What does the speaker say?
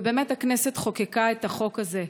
ובאמת הכנסת חוקקה את החוק הזה.